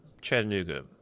Chattanooga